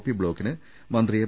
P ബ്ലോക്കിന് മന്ത്രി M